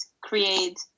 create